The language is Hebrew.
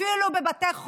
אפילו בבתי חולים,